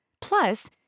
Plus